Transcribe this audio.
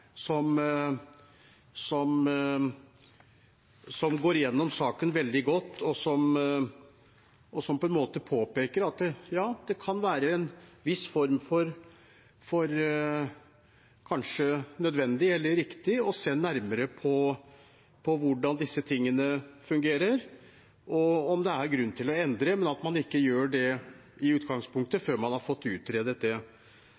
som går igjennom saken veldig godt, og som på en måte påpeker at det kanskje kan være nødvendig eller riktig å se nærmere på hvordan disse tingene fungerer, og om det er grunn til å endre noe, men at man i utgangspunktet ikke gjør det før man har fått utredet det. Jeg mener det